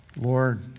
Lord